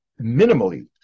minimally